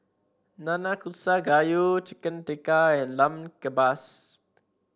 Nanakusa Gayu Chicken Tikka and Lamb Kebabs